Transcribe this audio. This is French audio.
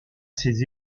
ses